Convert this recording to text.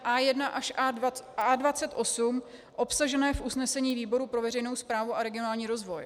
A1 až A28 obsažené v usnesení výboru pro veřejnou správu a regionální rozvoj.